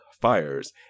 Fires